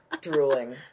Drooling